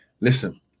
listen